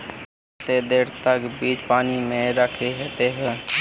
केते देर तक बीज पानी में रखे होते हैं?